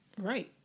Right